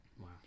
Wow